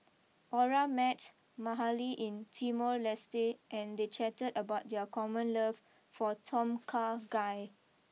Ora met Mahalie in Timor Leste and they chatted about their common love for Tom Kha Gai